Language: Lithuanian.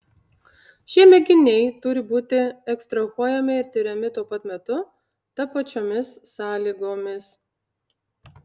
šie mėginiai turi būti ekstrahuojami ir tiriami tuo pat metu tapačiomis sąlygomis